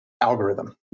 algorithm